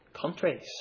countries